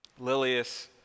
Lilius